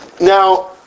now